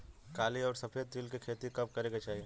काली अउर सफेद तिल के खेती कब करे के चाही?